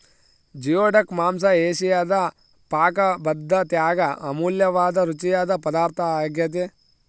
geoduck ಮಾಂಸ ಏಷಿಯಾದ ಪಾಕಪದ್ದತ್ಯಾಗ ಅಮೂಲ್ಯವಾದ ರುಚಿಯಾದ ಪದಾರ್ಥ ಆಗ್ಯೆತೆ